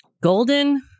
Golden